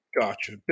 Gotcha